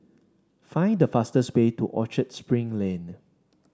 find the fastest way to Orchard Spring Lane